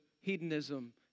hedonism